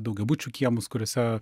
daugiabučių kiemus kuriuose